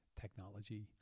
technology